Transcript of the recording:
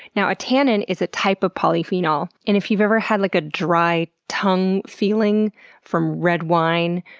now, a tannin is a type of polyphenol. and if you've ever had like a dry tongue feeling from red wine,